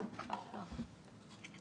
קטי, בבקשה.